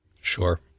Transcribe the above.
Sure